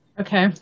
Okay